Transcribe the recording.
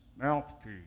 mouthpiece